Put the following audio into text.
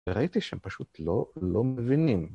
ראיתי שהם פשוט לא, לא מבינים.